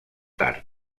tard